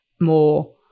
more